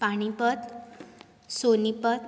Panipat Sonipat